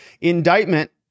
Indictment